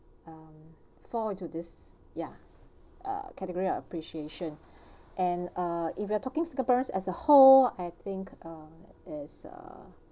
uh fall into this ya uh category of appreciation and uh uh if you are talking singaporeans as a whole I think uh is uh